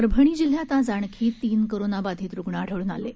परभणी जिल्ह्यात आज आणखी तीन कोरोनाबाधित रुग्ण आढळून आले आहेत